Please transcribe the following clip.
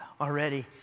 already